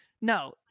No